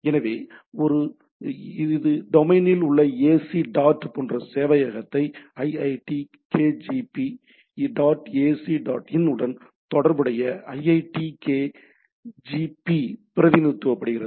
எனவே இது டொமைனில் உள்ள ஏசி டாட் போன்ற சேவையகத்தை iitkgp dot ac dot in உடன் தொடர்புடைய iitkgp பிரதிநிதித்துவப்படுத்தியுள்ளது